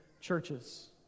churches